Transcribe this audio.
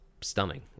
stunning